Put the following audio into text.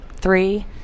Three